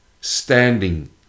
Standing